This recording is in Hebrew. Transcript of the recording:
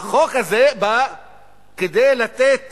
החוק הזה בא כדי לתת